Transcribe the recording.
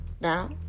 Now